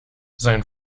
sein